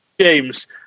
James